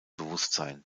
bewusstsein